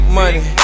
money